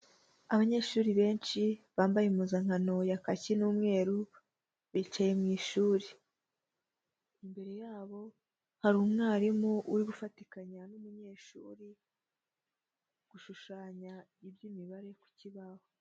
Abanyeshuri benshi bambaye impuzankano ya kaki n'umweru, bicaye mu ishuri. Imbere yabo hari umwarimu uri gufatikanya n'umunyeshuri gushushanya iby'imibare ku kibaho.